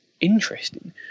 interesting